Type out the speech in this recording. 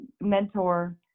mentor